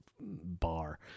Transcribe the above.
bar